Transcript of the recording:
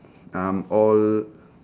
um all